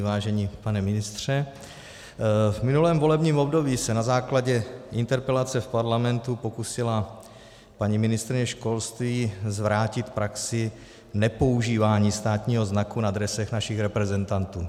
Vážený pane ministře, v minulém volebním období se na základě interpelace v parlamentu pokusila paní ministryně školství zvrátit praxi nepoužívání státního znaku na dresech našich reprezentantů.